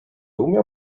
umiał